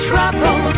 trouble